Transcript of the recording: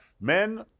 Men